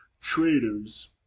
traitors